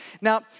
Now